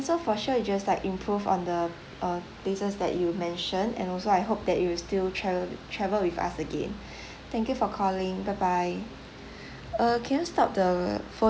so for sure we just like improve on the uh places that you mentioned and also I hope that you will still travel travel with us again thank you for calling the bye bye uh can stop the phone